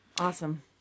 Awesome